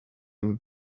would